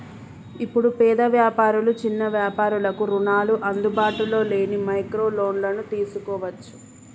ఇప్పుడు పేద వ్యాపారులు చిన్న వ్యాపారులకు రుణాలు అందుబాటులో లేని మైక్రో లోన్లను తీసుకోవచ్చు